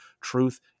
truth